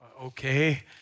Okay